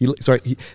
Sorry